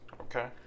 Okay